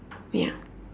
ya